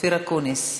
אופיר אקוניס.